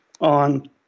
on